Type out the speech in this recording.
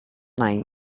night